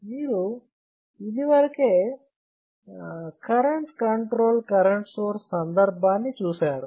మీరు ఇదివరకే current control current source సందర్భాన్ని చూశారు